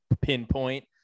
pinpoint